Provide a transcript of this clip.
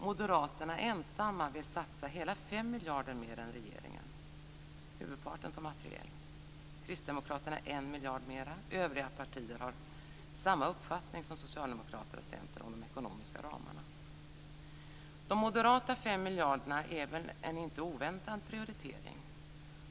Moderaterna ensamma vill satsa hela 5 miljarder mer än regeringen, huvudparten på materiel, Kristdemokraterna 1 miljard mer och övriga partier har samma uppfattning som Socialdemokraterna och De moderata 5 miljarderna är en inte oväntad prioritering.